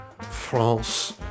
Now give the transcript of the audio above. France